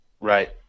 Right